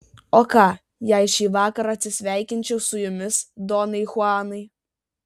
o ką jei šįvakar atsisveikinčiau su jumis donai chuanai